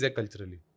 culturally